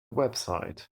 website